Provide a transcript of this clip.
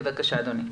בבקשה.